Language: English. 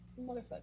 Motherfucker